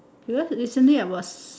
because recently I was